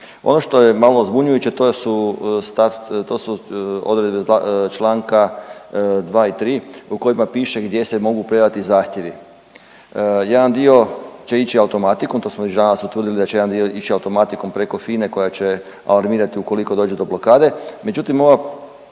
Ono što je malo zbunjujuće, to su odredbe čl. 2 i 3 u kojima piše gdje se mogu predati zahtjevi. Jedan dio će ići automatikom, to smo već danas utvrdili da će jedan dio ići automatikom preko FINA-e koja će alarmirati ukoliko dođe do blokade, međutim, ova,